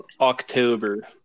October